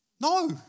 No